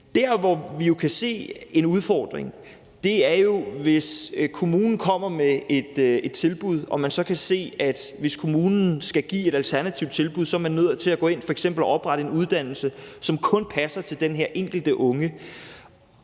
Der, hvor vi jo kan se en udfordring, er, hvis kommunen kommer med et tilbud og kommunen skal give et alternativt tilbud, så er man f.eks. nødt til at gå ind og oprette en uddannelse, som kun passer til den her enkelte unge.